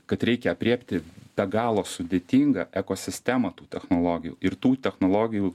kad reikia aprėpti be galo sudėtingą ekosistemą tų technologijų ir tų technologijų